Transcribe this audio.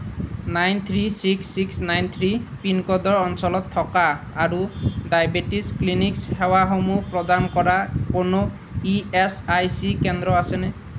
nine three six six nine three পিনক'ডৰ অঞ্চলত থকা আৰু ডায়েবেটিছ ক্লিনিকছ্ সেৱাসমূহ প্ৰদান কৰা কোনো ইএচআইচি কেন্দ্ৰ আছেনে